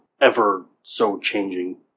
ever-so-changing